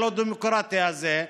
הלא-דמוקרטי הזה.